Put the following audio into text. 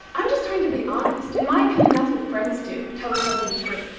i'm just trying to be honest. in my opinion, that's what friends do. tell each other the truth.